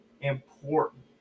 important